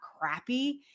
crappy